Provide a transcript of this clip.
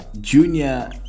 Junior